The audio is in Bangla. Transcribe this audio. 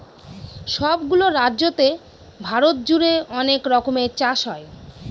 সব গুলো রাজ্যতে ভারত জুড়ে অনেক রকমের চাষ হয়